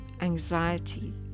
anxiety